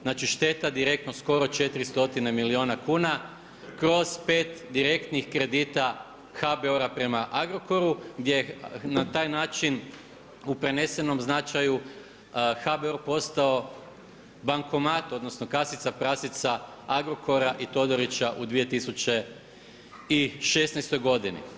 Znači šteta direktno skoro 4 stotine milijuna kuna kroz pet direktnih kredita HBOR-a prema Agrokoru gdje na taj način u prenesenom značaju HBOR postao bankomat, odnosno kasica prasica Agrokora i Todorića u 2016. godini.